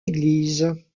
église